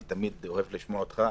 אני תמיד אוהב לשמוע אותך.